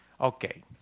Okay